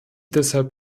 deshalb